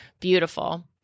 Beautiful